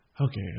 okay